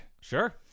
Sure